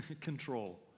Control